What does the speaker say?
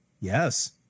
Yes